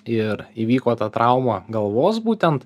ir įvyko ta trauma galvos būtent